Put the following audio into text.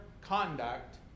conduct